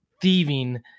thieving